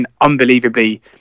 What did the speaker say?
unbelievably